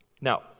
Now